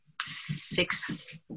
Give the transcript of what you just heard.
six